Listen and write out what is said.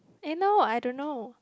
eh no I don't know